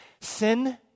Sin